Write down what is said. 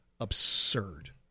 absurd